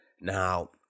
Now